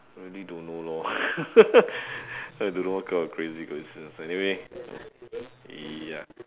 really don't know lor I don't know what kind of crazy coincidence anyway ya